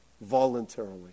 voluntarily